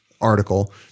article